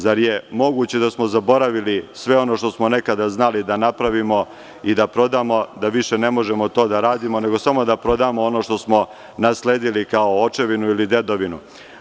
Zar je moguće da smo zaboravili sve ono što smo nekada znali da napravimo i da prodamo, da više ne možemo to da radimo, nego samo da prodamo ono što smo nasledili kao očevinu ili dedovinu?